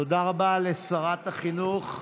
תודה רבה לשרת החינוך.